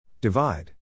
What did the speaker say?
Divide